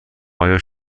آیا